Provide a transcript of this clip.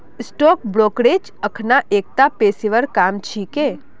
stock brokerage अखना एकता पेशेवर काम छिके